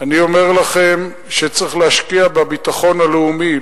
אני אומר לכם שצריך להשקיע בביטחון הלאומי,